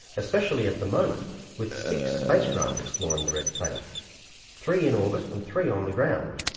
especially at the moment with six spacecraft exploring the red planet three in orbit and three on the ground.